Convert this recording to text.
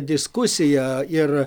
diskusiją ir